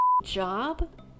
job